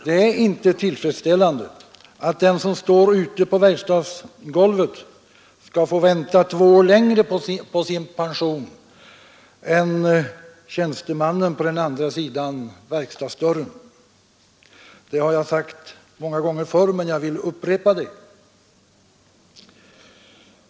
Det är inte tillfredsställande att den som står ute på verkstadsgolvet skall få vänta två år längre på sin pension än tjänstemannen på andra sidan verkstadsdörren. Det har jag sagt många gånger förr, men jag vill upprepa det.